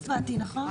אני לא הצבעתי, נכון?